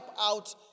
out